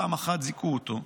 פעם אחת זיכו אותו,